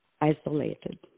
isolated